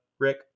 Rick